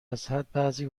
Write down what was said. ازحد، بعضی